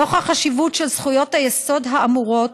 נוכח החשיבות של זכויות היסוד האמורות,